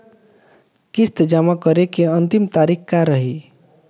किस्त जमा करे के अंतिम तारीख का रही?